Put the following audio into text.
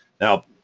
Now